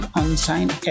unsigned